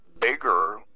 bigger